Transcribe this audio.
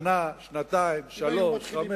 שנה, שנתיים, שלוש, חמש.